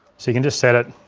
so you can just set it